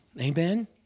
Amen